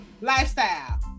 lifestyle